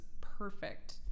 perfect